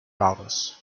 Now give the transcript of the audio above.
routers